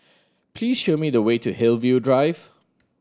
please show me the way to Hillview Drive